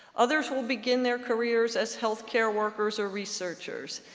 others will begin their careers as healthcare workers or researchers.